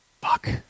Fuck